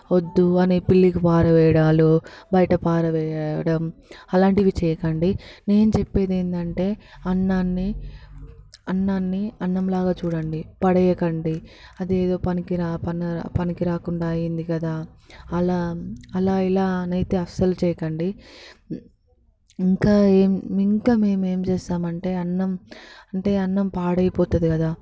వద్దు అని పిల్లికి పారవేయడాలు బయట పారవేయడం అలాంటివి చేయకండి నేను చెప్పేది ఏంటంటే అన్నాన్ని అన్నాన్ని అన్నం లాగా చూడండి పడేయకండి అది ఏదో పనికిరాని పనికి పనికిరాకుండా అయింది కదా అలా అలా ఇలా అనైతే అస్సలు చేయకండి ఇంకా ఏం ఇంకా మేము ఏమి చేస్తాము అంటే అన్నం అంటే అన్నం పాడైపోతుంది కదా